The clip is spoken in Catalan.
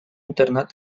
internat